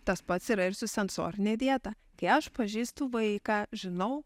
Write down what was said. tas pats yra ir su sensorine dieta kai aš pažįstu vaiką žinau